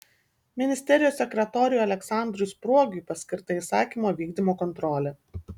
ministerijos sekretoriui aleksandrui spruogiui paskirta įsakymo vykdymo kontrolė